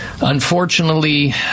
Unfortunately